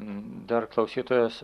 dar klausytojas